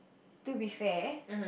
to be fair